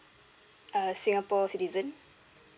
uh singapore citizen